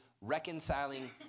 reconciling